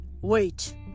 Wait